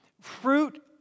Fruit